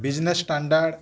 business standard